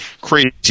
crazy